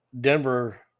Denver